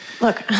Look